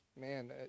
man